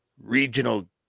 regional